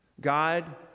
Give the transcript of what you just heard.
god